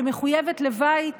שמחויבת לבית